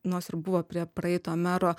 nors ir buvo prie praeito mero